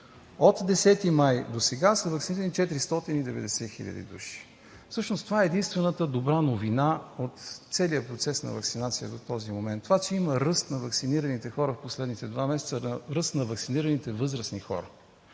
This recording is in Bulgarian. От 10 май досега са ваксинирани 490 хил. души. Всъщност това е единствената добра новина от целия процес на ваксинация до този момент – това, че има ръст на ваксинираните хора в последните два месеца, ръст на ваксинираните възрастни хора.